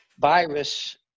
virus